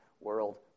world